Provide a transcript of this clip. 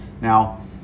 Now